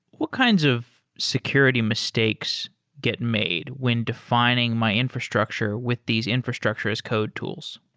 what kinds of security mistakes get made when defining my infrastructure with these infrastructure as code tools?